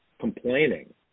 complaining